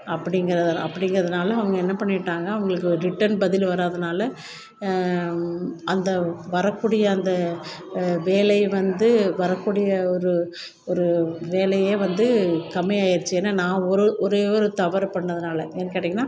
அப்படிங்கிறத அப்படிங்கிறதுனால அவங்க என்ன பண்ணிவிட்டாங்க அவங்களுக்கு ரிட்டர்ன் பதில் வராதனால அந்த வரக்கூடிய அந்த வேலை வந்து வரக்கூடிய ஒரு ஒரு வேலையே வந்து கம்மியாயிடுச்சு ஏன்னா நான் ஒரு ஒரே ஒரு தவறு பண்ணதுனால ஏன் கேட்டிங்கன்னா